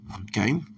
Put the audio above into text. okay